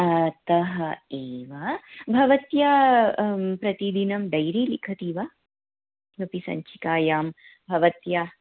अतः एव भवत्या प्रतिदिनं डैरी लिखति वा किमपि सख्या भवत्या